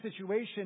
situation